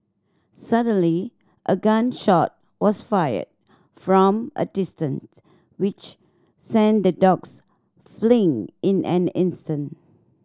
suddenly a gun shot was fired from a distance which sent the dogs fleeing in an instant